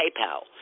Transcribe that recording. PayPal